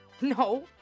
No